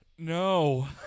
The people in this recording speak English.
No